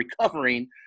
recovering